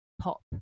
pop